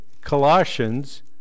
Colossians